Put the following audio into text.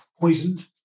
poisoned